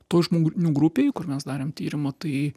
tų žmonių grupėj kur mes darėm tyrimą tai